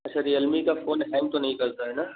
अच्छा रियलमी का phone hang तो नहीं करता है ना